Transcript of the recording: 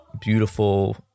beautiful